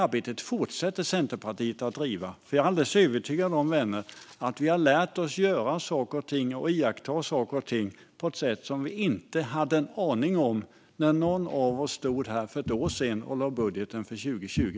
Det fortsätter Centerpartiet att driva, för jag är övertygad om, vänner, att vi har lärt oss att göra saker och ting på ett sätt som vi inte hade en aning om när vi för ett år sedan stod här och lade fram budgeten för 2020.